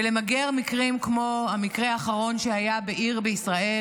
ולמגר מקרים כמו המקרה האחרון שהיה בעיר בישראל